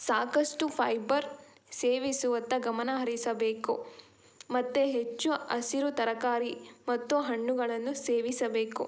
ಸಾಕಷ್ಟು ಫೈಬರ್ ಸೇವಿಸುವತ್ತ ಗಮನ ಹರಿಸಬೇಕು ಮತ್ತೆ ಹೆಚ್ಚು ಹಸಿರು ತರಕಾರಿ ಮತ್ತು ಹಣ್ಣುಗಳನ್ನು ಸೇವಿಸಬೇಕು